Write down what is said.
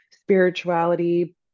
spirituality